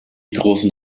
großen